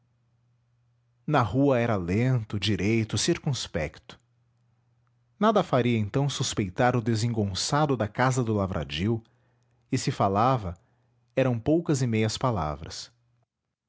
na rua era lento direito circunspecto nada faria então suspeitar o desengonçado da casa do lavradio e se falava eram poucas e meias palavras